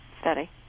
Study